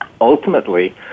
ultimately